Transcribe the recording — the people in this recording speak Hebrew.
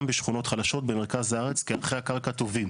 בשכונות חלשות במרכז הארץ כי ערכי הקרקע טובים.